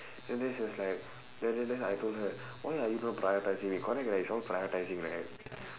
then then she was like then then then I told her why are you not prioritising me correct right it's not prioritising right